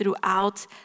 throughout